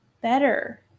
better